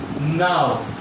now